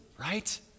Right